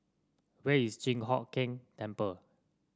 where is Chi Hock Keng Temple